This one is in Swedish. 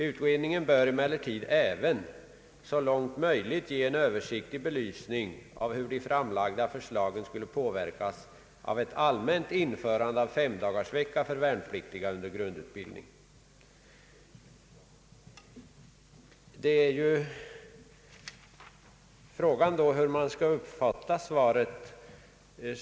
Utredningen bör emellertid även så långt möjligt ge en översiktlig belysning av hur de framlagda förslagen skulie påverkas av ett allmänt införande av femdagarsvecka för värnpliktiga under grundutbildning.» Frågan är då hur man skall uppfatta svaret.